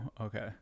okay